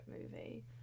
movie